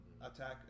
attack